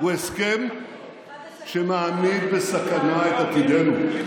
הוא הסכם שמעמיד בסכנה את עתידנו.